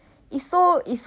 right